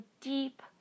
deep